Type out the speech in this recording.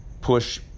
push